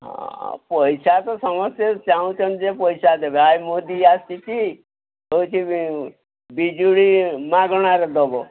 ପଇସା ତ ସମସ୍ତେ ଚାଁହୁଛନ୍ତି ଯେ ପଇସା ଦେବେ ଏ ମୋଦି ଆସିଛି କହୁଛି ବିଜୁଳି ମାଗଣାରେ ଦେବ